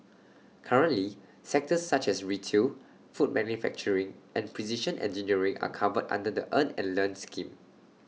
currently sectors such as retail food manufacturing and precision engineering are covered under the earn and learn scheme